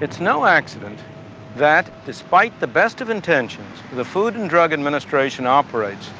it's no accident that despite the best of intentions, the food and drug administration operates